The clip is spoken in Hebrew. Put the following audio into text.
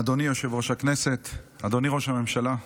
אדוני יושב-ראש הכנסת, אדוני ראש הממשלה,